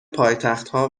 پایتختها